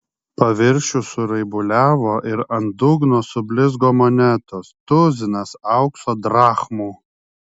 paviršius suraibuliavo ir ant dugno sublizgo monetos tuzinas aukso drachmų